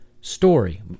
story